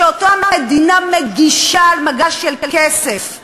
שאותו המדינה מגישה על מגש של כסף למשקיעים,